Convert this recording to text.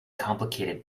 complicated